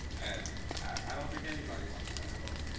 and i don't think anybody wants that at all.